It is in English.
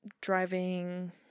driving